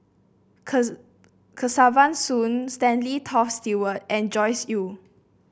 Kesavan Soon Stanley Toft Stewart and Joyce Jue